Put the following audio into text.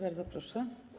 Bardzo proszę.